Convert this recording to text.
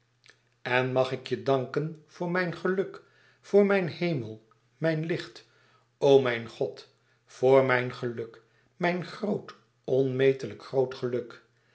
en mag ik je danken voor mijn geluk voor mijn hemel mijn licht o mijn god voor mijn geluk mijn groot onmetelijk groot geluk